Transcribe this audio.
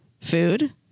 food